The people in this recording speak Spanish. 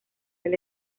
del